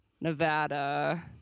Nevada